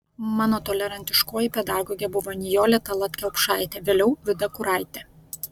mano tolerantiškoji pedagogė buvo nijolė tallat kelpšaitė vėliau vida kuraitė